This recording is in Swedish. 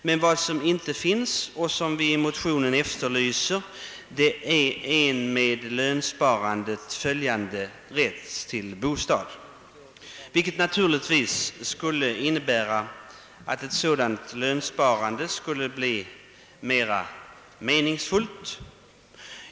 Men vad som inte finns och vad vi i motionen efterlyst är en med lönsparandet följande rätt till bostad — något som skulle innebära att lönsparandet bleve mera meningsfullt.